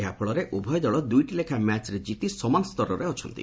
ଏହାଫଳରେ ଉଭୟ ଦଳ ଦୁଇଟି ଲେଖାଏଁ ମ୍ୟାଚ୍ରେ କିତି ସମାନ ସ୍ତରରେ ଅଛନ୍ତି